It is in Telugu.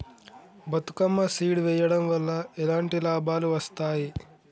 బతుకమ్మ సీడ్ వెయ్యడం వల్ల ఎలాంటి లాభాలు వస్తాయి?